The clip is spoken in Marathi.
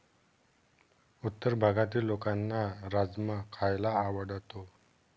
उत्तर भारतातील लोकांना राजमा खायला आवडतो